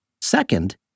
Second